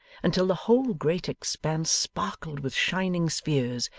until the whole great expanse sparkled with shining spheres,